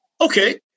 okay